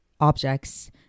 objects